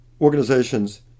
organizations